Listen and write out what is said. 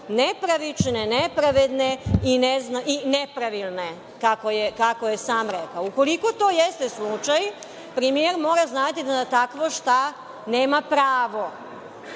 nepravične, nepravedne i nepravilne, kako je sam rekao. Ukoliko to jeste slučaj, premijer mora znati da na takvo šta nema pravo.